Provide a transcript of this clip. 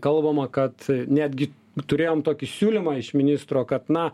kalbama kad netgi turėjom tokį siūlymą iš ministro kad na